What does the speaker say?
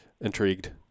intrigued